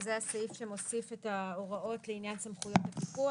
שזה הסעיף שמוסיף את ההוראות לעניין סמכויות הפיקוח.